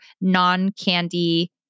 non-candy